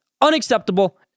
Unacceptable